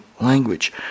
language